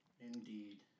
Indeed